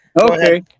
Okay